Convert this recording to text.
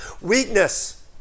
weakness